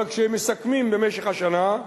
אבל כשמסכמים במשך השנה,